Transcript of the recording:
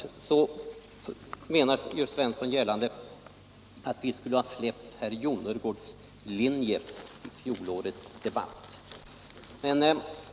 Herr Svensson i Eskilstuna gör gällande att vi skulle ha släppt herr Jonnergårds linje från fjolårets debatt.